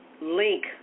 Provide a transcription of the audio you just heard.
link